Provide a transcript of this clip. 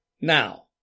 Now